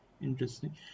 interesting